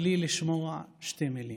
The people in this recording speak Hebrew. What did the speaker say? בלי לשמוע שתי מילים: